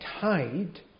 tied